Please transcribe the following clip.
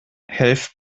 helft